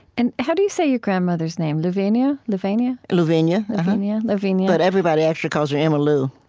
and how do you say your grandmother's name? louvenia, louvenia? louvenia louvenia louvenia but everybody actually calls her emma lou